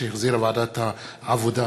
שהחזירה ועדת העבודה,